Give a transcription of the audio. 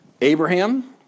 Abraham